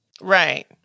Right